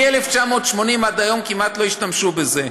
מ-1980 עד היום כמעט לא השתמשו בזה.